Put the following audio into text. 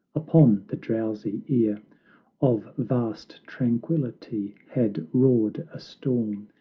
upon the drowsy ear of vast tranquility had roared a storm,